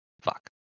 Fuck